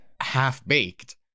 half-baked